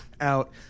out